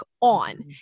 on